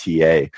TA